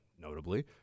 notably